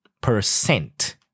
percent